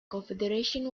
confederation